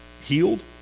healed